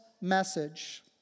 message